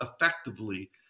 effectively